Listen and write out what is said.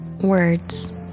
Words